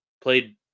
played